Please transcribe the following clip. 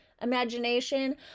imagination